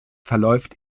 verläuft